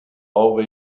over